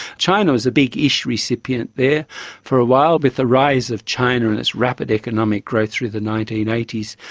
china was a biggish recipient there for a while. with the rise of china and its rapid economic growth through the nineteen eighty s,